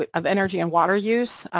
ah of energy and water use,